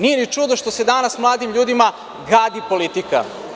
Nije ni čudo što se danas mladim ljudima gadi politika.